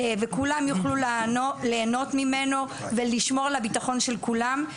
וכולם יוכלו להנות ממנו ולשמור על הביטחון של כולם,